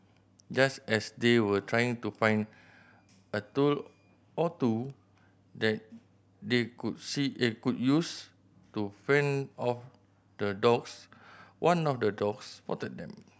just as they were trying to find a tool or two that they could see they could use to fend off the dogs one of the dogs spotted them